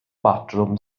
batrwm